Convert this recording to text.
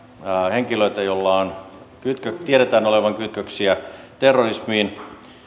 henkilöitä joilla tiedetään olevan kytköksiä terrorismiin